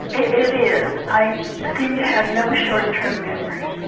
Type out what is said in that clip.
it is, i seem to have no short term memory,